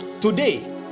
Today